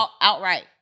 outright